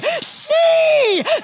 see